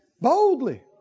Boldly